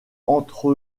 entre